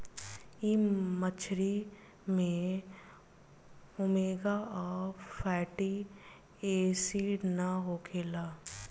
इ मछरी में ओमेगा आ फैटी एसिड ना होखेला